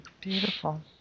Beautiful